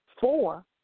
Four